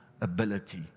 ability